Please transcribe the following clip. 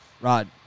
Rod